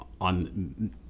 on